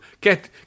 Get